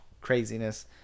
craziness